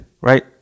right